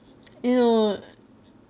you know